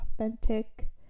authentic